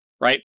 right